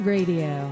Radio